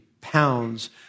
pounds